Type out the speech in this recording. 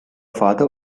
father